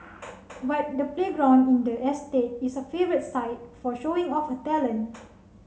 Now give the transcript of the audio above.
but the playground in the estate is favourite site for showing off her talent